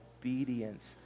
obedience